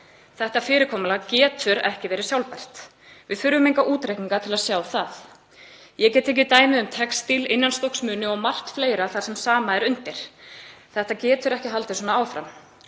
Þetta fyrirkomulag getur ekki verið sjálfbært. Við þurfum enga útreikninga til að sjá það. Ég get tekið dæmi um textíl, innanstokksmuni og margt fleira þar sem sama er undir. Þetta getur ekki haldið svona áfram.